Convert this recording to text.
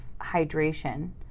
hydration